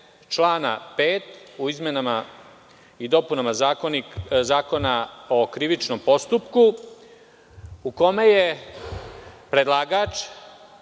člana 5. u izmenama i dopunama Zakona o krivičnom postupku, u kome je predlagač,